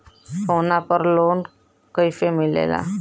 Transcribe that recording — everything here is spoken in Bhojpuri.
सोना पर लो न कइसे मिलेला?